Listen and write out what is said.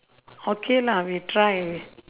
okay lah we try we